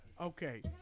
okay